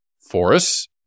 forests